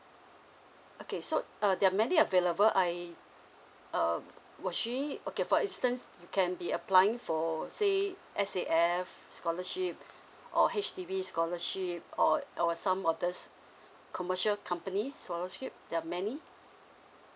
okay so uh there are many available I um was she okay for instance you can be applying for say S_A_F scholarship or H_D_B scholarship or or some others commercial company scholarship there are many